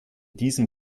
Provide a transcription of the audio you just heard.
diesem